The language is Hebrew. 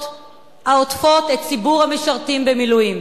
העוטפות את ציבור המשרתים במילואים.